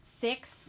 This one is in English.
six